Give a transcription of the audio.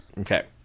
Okay